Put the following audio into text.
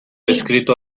descrito